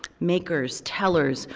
makers, tellers,